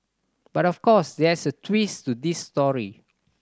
but of course there's a twist to this story